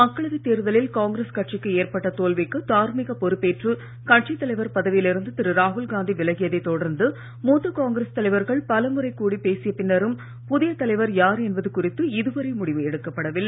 மக்களவைத் தேர்தலில் காங்கிரஸ் கட்சிக்கு ஏற்பட்ட தோல்விக்கு தார்மீக பொறுப்பேற்று கட்சித் தலைவர் பதவியிலிருந்து திரு ராகுல் காந்தி விலகியதைத் தொடர்ந்து மூத்த காங்கிரஸ் தலைவர்கள் பலமுறை கூடிப் பேசிய பின்னரும் புதிய தலைவர் யார் என்பது குறித்து இதுவரை முடிவு எடுக்கப்படவில்லை